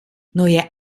neue